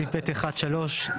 בסעיף (ב1)(3)